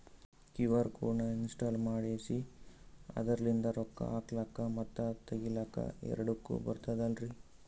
QR code ನ install ಮಾಡೆಸಿ ಅದರ್ಲಿಂದ ರೊಕ್ಕ ಹಾಕ್ಲಕ್ಕ ಮತ್ತ ತಗಿಲಕ ಎರಡುಕ್ಕು ಬರ್ತದಲ್ರಿ?